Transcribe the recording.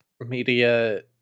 media